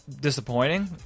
disappointing